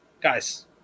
guys